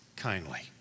kindly